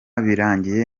birangiye